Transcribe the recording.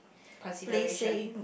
consideration